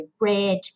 red